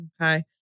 Okay